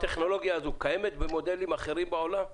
הטכנולוגיה הזו קיימת במודלים אחרים בעולם?